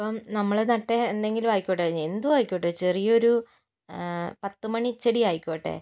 അപ്പോൾ നമ്മള് നട്ട എന്തെങ്കിലും ആയിക്കോട്ടെ എന്തുമായിക്കോട്ടെ ചെറിയൊരു പത്തുമണിച്ചെടി ആയിക്കോട്ടെ